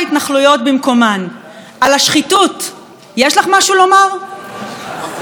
על השחיתות יש לך משהו לומר איזו מילה?